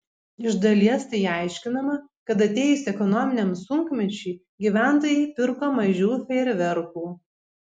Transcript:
iš dalies tai aiškinama kad atėjus ekonominiam sunkmečiui gyventojai pirko mažiau fejerverkų